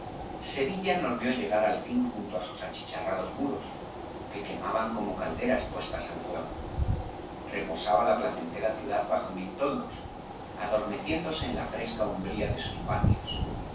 sevilla nos vió llegar al fin junto á sus achicharrados muros que quemaban como calderas puestas al fuego reposaba la placentera ciudad bajo mil toldos adormeciéndose en la fresca umbría de sus patios